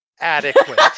Adequate